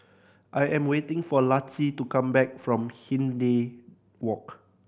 I am waiting for Laci to come back from Hindhede Walk